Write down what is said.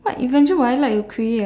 what invention would I like to create ah